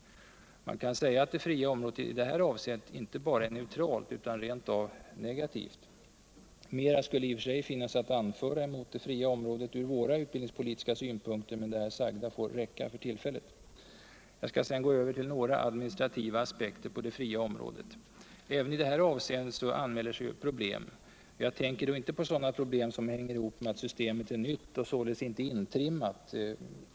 Man kan säga att det fria området i detta avseende inte bara är neutralt utan rent av negadvt. Mera finns i och för sig att anföra mot det fria området från våra utbildningspolitiska synpunkter, men det sagda får räcka för tillfället. Jag går så över till några administrativa aspekter på det fria området. Även i detta avseende anmäler sig problem. Jag tänker då inte på sådana problem som hänger ihop med att systemet är nytt och således inte intrimmat.